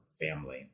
family